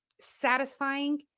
satisfying